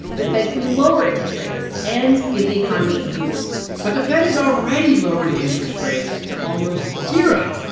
the fed can lower interest rates and give the economy a boost but the fed has already lowered interest rates to almost zero.